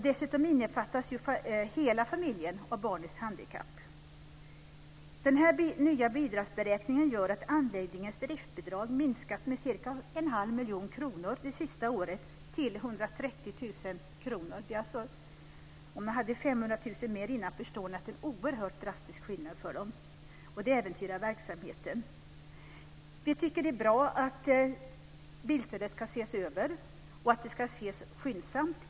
Dessutom innefattas hela familjen av barnets handikapp. Denna nya bidragsberäkning gör att anläggningens driftsbidrag minskat med ca 500 000 kr det senaste året till 130 000 kr. Om de hade 500 000 kr mer innan förstår ni att det är en oerhörd drastisk skillnad för dem. Det äventyrar verksamheten. Vi tycker att det är bra att bilstödet ska ses över skyndsamt.